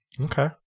Okay